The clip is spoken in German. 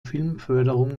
filmförderung